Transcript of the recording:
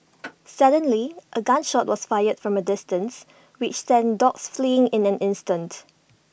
suddenly A gun shot was fired from A distance which sent the dogs fleeing in an instant